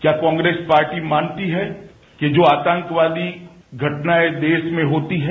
क्या कांग्रेस पार्टी मानती है कि जो आतंकवादी घटनाएं देश में होती हैं